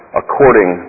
according